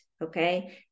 okay